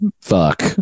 fuck